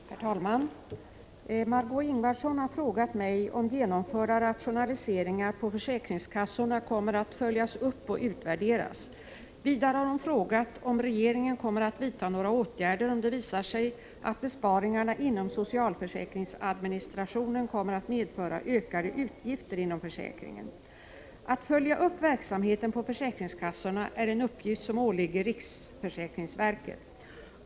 Herr talman! Margé Ingvardsson har frågat mig om genomförda rationaliseringar på försäkringskassorna kommer att följas upp och utvärderas. Vidare har hon frågat om regeringen kommer att vidta några åtgärder om det visar sig att besparingarna inom socialförsäkringsadministrationen kommer att medföra ökade utgifter inom försäkringen. Att följa upp verksamheten på försäkringskassorna är en uppgift som åligger riksförsäkringsverket.